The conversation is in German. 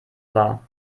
war